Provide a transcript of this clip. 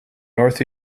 north